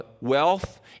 Wealth